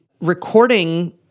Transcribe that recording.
recording